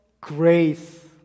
grace